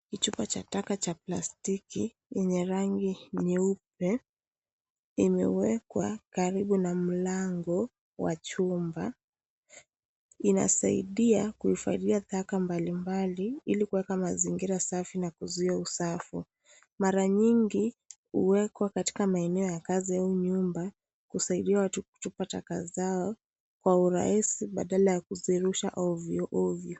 Kichupa cha taka cha plastiki yenye rangi nyeupe imewekwa karibu na mlango wa chumba. Inasaidia kuhifadhia taka mbalimbali ili kuweka mazingira safi na kuzuia usafi . Mara nyingi huwekwa katika maeneo ya kazi au nyumba husaidia watu kutupa taka zao kwa urahisi badala ya kuzirusha ovyo ovyo.